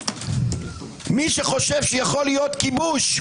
מי שחושב שיכול להיות כיבוש,